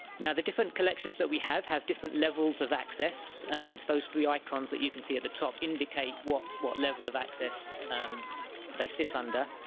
now the different collections that we have have different levels of access and those three icons that you can see at the top indicate what what level of access um they sit under